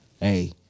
hey